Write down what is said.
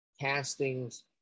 castings